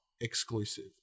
exclusive